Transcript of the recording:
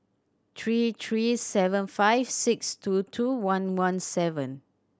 three three seven five six two two one one seven